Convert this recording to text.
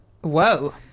Whoa